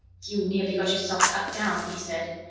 you nearly got yourself cut down, he said.